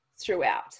throughout